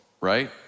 right